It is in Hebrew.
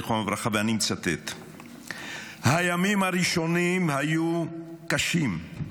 זיכרונו לברכה: "הימים הראשונים היו קשים מאוד.